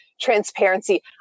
transparency